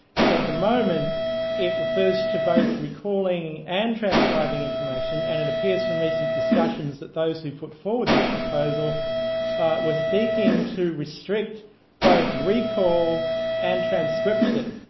and so at the moment it refers to both recalling and transcribing information, and it appears from recent discussions that those who put forward this proposal was seeking to restrict both recall and transcription.